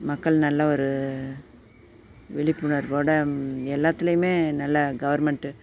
மக்கள் நல்ல ஒரு விழிப்புணர்வோடு எல்லாத்துலேயுமே நல்லா கவர்மெண்ட்டு